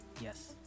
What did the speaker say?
yes